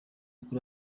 kuri